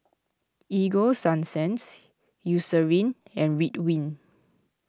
Ego Sunsense Eucerin and Ridwind